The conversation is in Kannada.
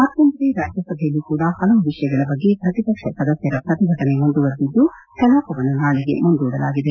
ಮತ್ತೊಂದೆಡೆ ರಾಜ್ಯಸಭೆಯಲ್ಲಿ ಕೂಡ ಹಲವು ವಿಷಯಗಳ ಬಗ್ಗೆ ಪ್ರತಿಪಕ್ಷ ಸದಸ್ಯರ ಪ್ರತಿಭಟನೆ ಮುಂದುವರಿದಿದ್ದು ಕಲಾಪವನ್ನು ನಾಳೆಗೆ ಮುಂದೂಡಲಾಗಿದೆ